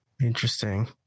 Interesting